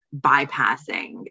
bypassing